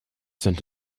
sent